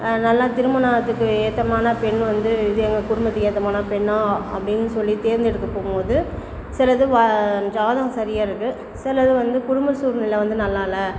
நல்லா திருமணத்துக்கு ஏத்தமான பெண் வந்து இது எங்கள் குடும்பத்துக்கு ஏத்தமான பெண்ணாக அப்படின்னு சொல்லி தேர்ந்தெடுக்க போகும்போது சிலது வா ஜாதகம் சரியாக இருக்குது சிலது வந்து குடும்பச் சூழ்நெலை வந்து நல்லாயில்ல